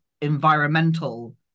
environmental